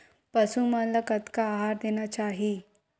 पशु मन ला कतना आहार देना चाही?